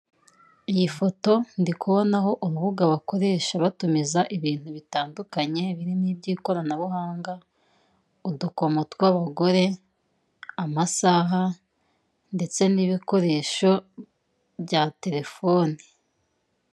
Iyi foto ndi kubonaho urubuga bakoresha batumiza ibintu bitandukanye, birimo iby'ikoranabuhanga udukomo tw'abagore, amasaha ndetse n'ibikoresho bya terefone.